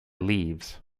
leaves